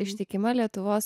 ištikima lietuvos